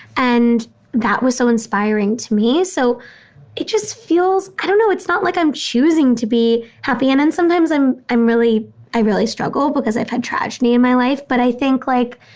and that was so inspiring to me. so it just feels, i don't know. it's not like i'm choosing to be happy. and and sometimes i'm i'm really i really struggle because i've had tragedy in my life. but i think, like,